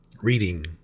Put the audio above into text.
reading